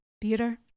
Peter